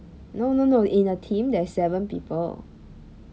no no no in a team there's seven people